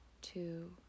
two